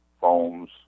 foams